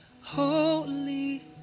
holy